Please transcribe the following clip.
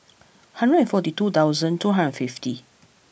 hundred forty two thousand two hundred fifty